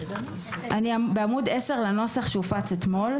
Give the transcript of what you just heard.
אני בעמוד 10 לנוסח שהופץ אתמול,